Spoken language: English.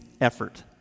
effort